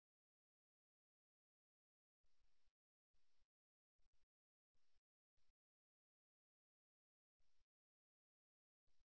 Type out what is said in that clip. திரைப்படங்களில் உணர்ச்சிகளின் பங்கு வெளிப்பாடுகளாகப் பயன்படுத்தப்படும் அந்த சைகைகளில் இதுவும் ஒன்றாகும்